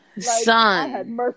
Son